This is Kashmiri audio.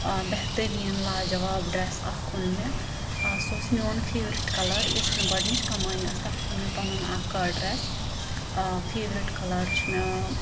ٲں بہتریٖن لاجَواب ڈرٛیٚس اَکھ اوٚن مےٚ ٲں سُہ اوس میٛون فیورِٹ کَلَر یُس مےٚ گۄڈٕنِچۍ کَمٲی ٲس تَتھ اوٚن مےٚ پَنُن اَکھ ٲں ڈرٛیٚس ٲں فیورِٹ کَلَر چھُ مےٚ